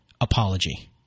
apology